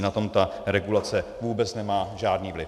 Na tom ta regulace vůbec nemá žádný vliv.